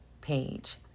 page